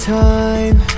time